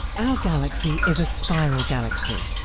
our galaxy is a spiral galaxy,